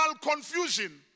confusion